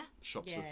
shops